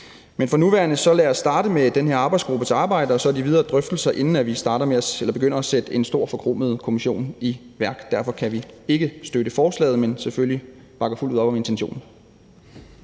os for nuværende starte med den her arbejdsgruppes arbejde og de videre drøftelser, inden vi begynder at sætte en stor forkromet kommission i værk. Derfor kan vi ikke støtte forslaget, men vi bakker selvfølgelig fuldt ud op om intentionen.